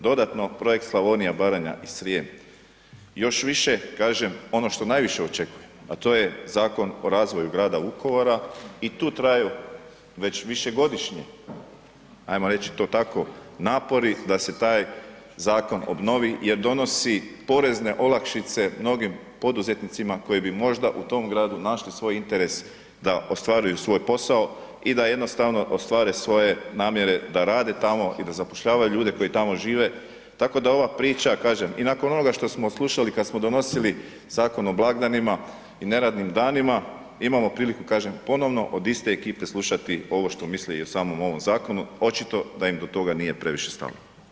Dodatno Projekt Slavonija, Baranja i Srijem, još više, kažem ono što najviše očekujem, a to je Zakon o razvoju Grada Vukovara i tu traju već višegodišnji, ajmo reći to tako, napori da se taj Zakon obnovi jer donosi porezne olakšice mnogim poduzetnicima koji bi možda u tom Gradu našli svoj interes da ostvaruju svoj posao, i da jednostavno ostvare svoje namjere da rade tamo, i da zapošljavaju ljude koji tamo žive, tako da ova priča, kažem, i nakon onoga što smo slušali kad smo donosili Zakon o blagdanima i neradnim danima, imamo priliku, kažem, ponovno od iste ekipe slušati ovo što misle i o samom ovom Zakonu, očito da im do toga nije previše stalo.